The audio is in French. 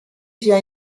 via